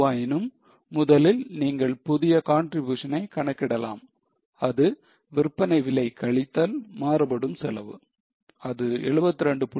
எதுவாயினும் முதலில் நீங்கள் புதிய contribution னை கணக்கிடலாம் அது விற்பனை விலை கழித்தல் மாறுபடும் செலவு அது 72